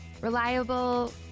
reliable